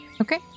Okay